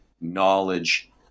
knowledge